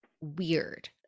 weird